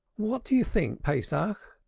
what do you think, pesach,